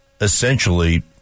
essentially